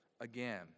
again